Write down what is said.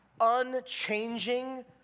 unchanging